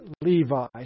Levi